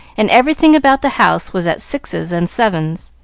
and everything about the house was at sixes and sevens.